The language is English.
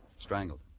Strangled